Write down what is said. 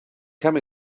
come